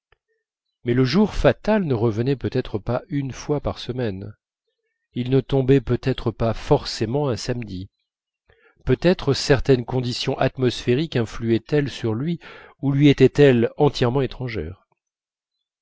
mais le jour fatal ne revenait peut-être pas une fois par semaine il ne tombait peut-être pas forcément un samedi peut-être certaines conditions atmosphériques influaient elles sur lui ou lui étaient-elles entièrement étrangères